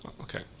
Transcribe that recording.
okay